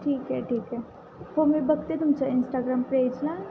ठीक आहे ठीक आहे हो मी बघते तुमचा इंस्टाग्राम पेजला